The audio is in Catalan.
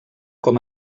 com